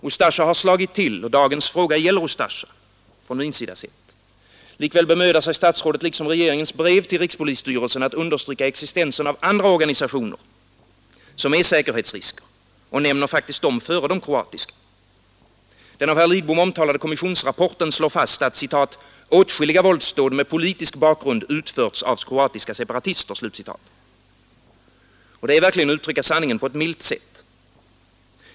Ustasja har slagit till, och min fråga gäller Ustasja — likväl bemödar sig statsrådet, liksom regeringen i sitt brev till rikspolisstyrelsen, om att understryka existensen av andra organisationer, som är säkerhetsrisker, och nämner faktiskt dessa före de kroatiska. Den av herr Lidbom omtalade kommissionsrapporten slår fast att ”åtskilliga våldsdåd med politisk bakgrund utförts av kroatiska separatister”. Det är verkligen att uttrycka sanningen på ett milt sätt.